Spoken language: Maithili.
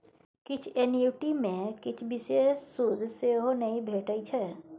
किछ एन्युटी मे किछ बिषेश सुद सेहो नहि भेटै छै